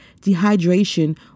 Dehydration